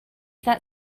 that